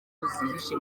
zihishe